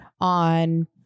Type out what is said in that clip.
on